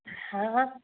हँ